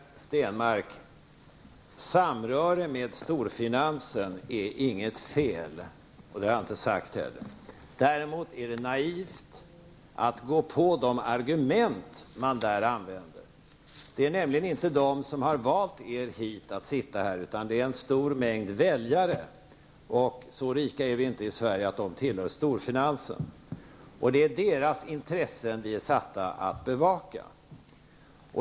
Herr talman! Jag har inte påstått att det är något fel med att ha samröre med storfinansen, Per Stenmarck. Däremot är det naivt att gå på de argument som används där. Det är nämligen inte storfinansens representanter som har valt er till denna riksdag, utan det är en stor mängd väljare som inte tillhör storfinansen. Det är dessa väljares intressen som vi är utsedda att bevaka.